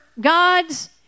God's